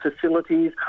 facilities